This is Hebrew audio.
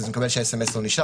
אז אני מקבל שהסמ"ס לא נשלח,